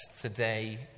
today